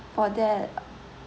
for that